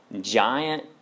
giant